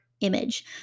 image